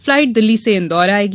flight Delhi से इंदौर आएगी